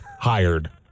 hired